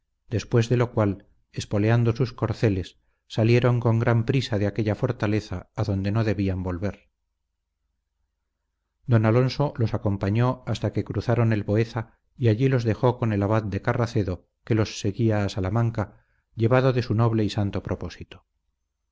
después de lo cual espoleando sus corceles salieron con gran prisa de aquella fortaleza a donde no debían volver don alonso los acompañó hasta que cruzaron el boeza y allí los dejó con el abad de carracedo que los seguía a salamanca llevado de su noble y santo propósito